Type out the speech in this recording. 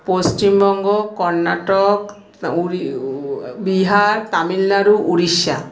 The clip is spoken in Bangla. পশ্চিমবঙ্গ কর্ণাটক বিহার তামিলনাড়ু উড়িষ্যা